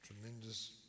tremendous